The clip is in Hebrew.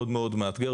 מאוד מאוד מאתגר,